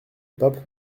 pape